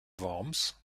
worms